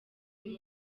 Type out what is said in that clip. uyu